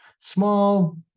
small